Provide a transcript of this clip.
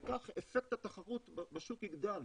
וכך אפקט התחרות בשוק יגדל.